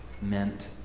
meant